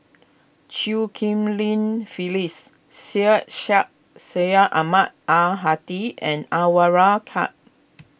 Chew Ghim Lin Phyllis Syed Sheikh Syed Ahmad Al Hadi and Anwarul Ka